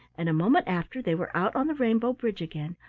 and a moment after they were out on the rainbow bridge again,